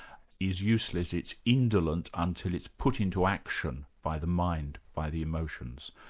is useless, it's indolent until it's put into action by the mind, by the emotions.